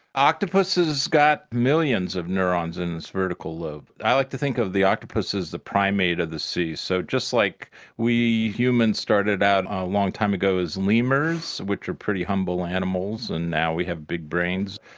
octopus has got millions of neurons in its vertical lobe. i like to think of the octopus as the primate of the sea. so just like we humans started out a long time ago as lemurs, which are pretty humble animals, and now we have big brains,